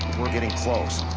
we're getting close.